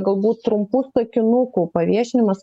galbūt trumpų sakinukų paviešinimas